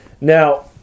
Now